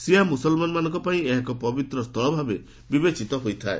ସିହା ମୁସଲମାନମାନଙ୍କ ପାଇଁ ଏହା ଏକ ପବିତ୍ର ସ୍ଥଳ ଭାବେ ବିବେଚିତ ହୋଇଥାଏ